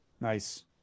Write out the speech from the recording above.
Nice